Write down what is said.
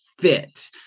fit